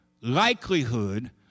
likelihood